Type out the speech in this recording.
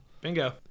Bingo